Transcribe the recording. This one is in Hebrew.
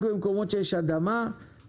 לא בכל מקום יש בנה ביתך.